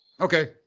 Okay